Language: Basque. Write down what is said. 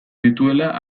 dituela